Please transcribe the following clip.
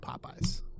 Popeyes